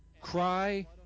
cry